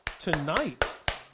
Tonight